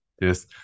Yes